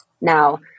now